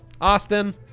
Austin